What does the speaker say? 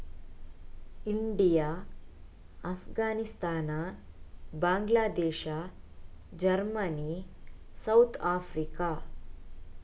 India Afghanistan Bangladesh Germany South Africa